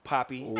Poppy